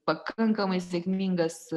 pakankamai sėkmingas